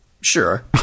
sure